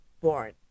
born